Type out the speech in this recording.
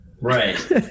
Right